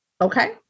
Okay